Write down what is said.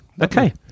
okay